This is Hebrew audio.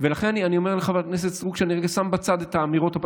ולכן אני אומר לחברת הכנסת סטרוק שאני שם בצד את האמירות,